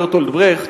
ברטולד ברכט.